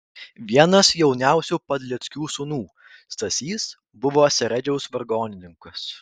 vienas jauniausių padleckių sūnų stasys buvo seredžiaus vargonininkas